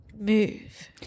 move